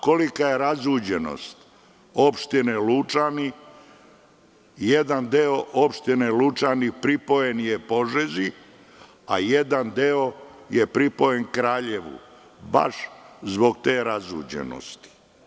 Kolika je razuđenost Opštine Lučani, jedan deo Opštine Lučani pripojen je Požegi, a jedan deo je pripojen Kraljevu, baš zbog te razuđenosti.